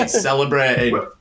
celebrating